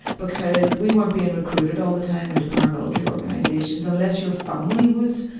because we weren't being recruited all the time into paramilitary organizations. unless your family was,